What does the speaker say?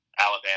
Alabama